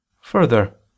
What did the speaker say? Further